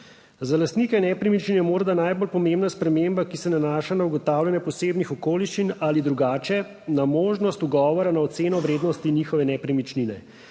Za lastnike nepremičnin je morda najbolj pomembna sprememba, ki se nanaša na ugotavljanje posebnih okoliščin, ali drugače, na možnost ugovora na oceno vrednosti njihove nepremičnine.